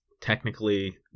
technically